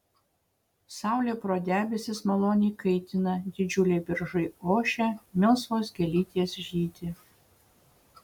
saulė pro debesis maloniai kaitina didžiuliai beržai ošia melsvos gėlytės žydi